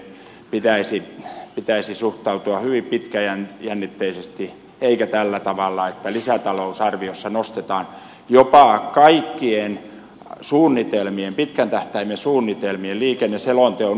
liikenteen rakentamiseen pitäisi suhtautua hyvin pitkäjännitteisesti eikä tällä tavalla että lisätalousarviossa nostetaan asioita jopa kaikkien suunnitelmien pitkän tähtäimen suunnitelmien liikenneselonteon ulkopuolelta